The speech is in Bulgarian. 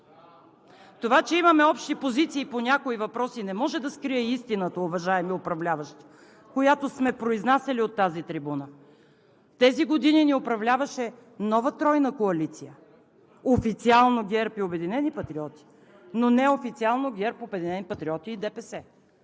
Това, че имаме общи позиции по някои въпроси, не може да скрие истината, уважаеми управляващи, която сме произнасяли от тази трибуна. Тези години ни управляваше нова тройна коалиция – официално ГЕРБ и „Обединени патриоти“, но неофициално ГЕРБ, „Обединени патриоти“ и ДПС.